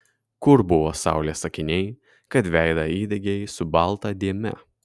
kur buvo saulės akiniai kad veidą įdegei su balta dėme